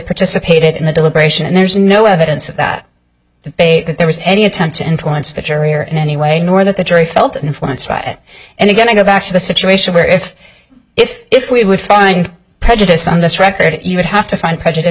participated in the deliberation and there's no evidence that the bait that there was any attempt to influence the jury or in any way nor that the jury felt an influence right and again i go back to the situation where if if if we would find prejudice on this record you would have to find prejudice